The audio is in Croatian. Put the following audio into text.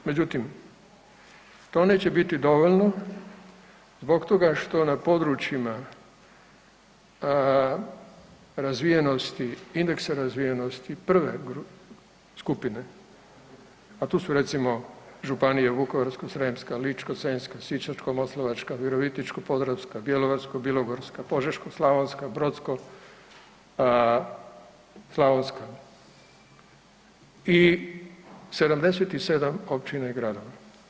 Međutim, to neće biti dovoljno zbog toga što na područjima razvijenosti, indeksa razvijenosti prve skupine, a tu su recimo županije Vukovarsko-srijemska, Ličko-senjska, Sisačko-moslavačka, Virovitičko-podravska, Bjelovarsko-bilogorska, Požeško-slavonska, Brodsko-posavska i 77 općina i gradova.